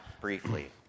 briefly